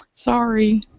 sorry